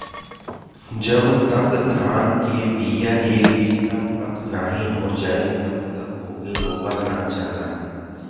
जब तक धान के बिया एक बित्ता क नाहीं हो जाई तब तक ओके रोपल ना जाला